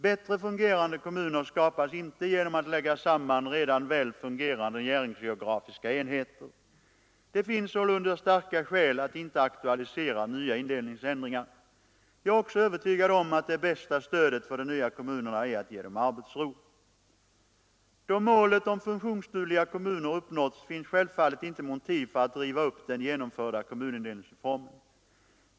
Bättre fungerande kommuner skapas inte genom att lägga samman redan väl fungerande näringsgeografiska enheter. Det finns sålunda starka skäl att inte aktualisera nya indelningsändringar. Jag är också övertygad om att det bästa stödet för de nya kommunerna är att ge dem arbetsro. Då målet om funktionsdugliga kommuner uppnåtts finns självfallet inte motiv för att riva upp den genomförda kommunindelningsreformen.